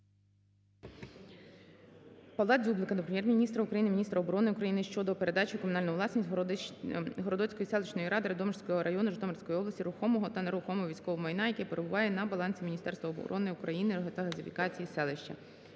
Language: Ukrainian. Павла Дзюблика до Прем'єр-міністра України, міністра оборони України щодо передачі у комунальну власність Городоцької селищної ради Радомишльського району Житомирської області рухомого та нерухомого військового майна, яке перебуває на балансі Міністерства оборони України та газифікації селища.